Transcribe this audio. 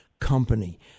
company